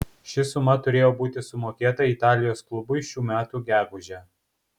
ši suma turėjo būti sumokėta italijos klubui šių metų gegužę